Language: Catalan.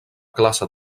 classe